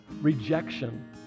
rejection